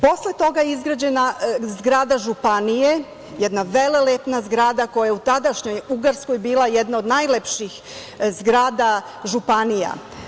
Posle toga je izgrađena zgrada Županije, jedna velelepna zgrada koja je u tadašnjoj Ugarskoj bila jedna od najlepših zgrada Županija.